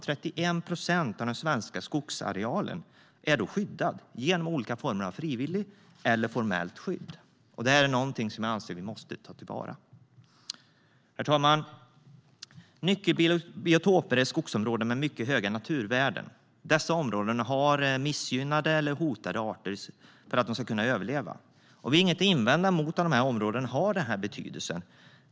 31 procent av den svenska skogsarealen är då skyddad genom olika former av frivilligt eller formellt skydd. Det här är någonting som jag anser att vi måste ta till vara. Herr talman! Nyckelbiotoper är skogsområden med mycket höga naturvärden. Dessa områden är viktiga för att missgynnade eller hotade arter ska kunna överleva. Vi har inget att invända mot att de områdena har den betydelsen.